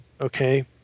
okay